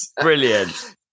Brilliant